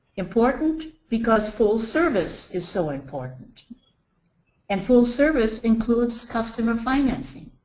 important because full service is so important and full service includes customer financing